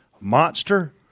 Monster